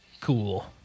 Cool